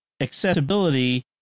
accessibility